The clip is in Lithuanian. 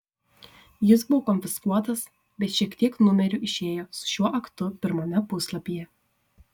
jis buvo konfiskuotas bet šiek tiek numerių išėjo su šiuo aktu pirmame puslapyje